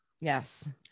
yes